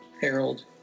Harold